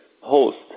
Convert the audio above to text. host